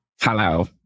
hello